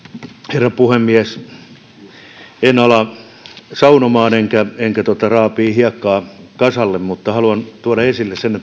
herra puhemies en ala saunomaan enkä enkä raapimaan hiekkaa kasalle mutta haluan tuoda esille sen